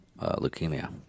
leukemia